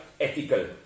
ethical